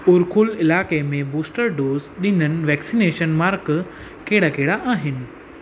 उरखूल इलाके में booster dose ॾींदन वैक्सीनेशन मर्क कहिड़ा कहिड़ा आहिनि